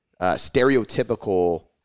stereotypical